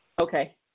Okay